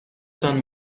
تان